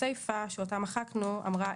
הסיפה שאותה מחקנו אמרה,